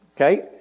Okay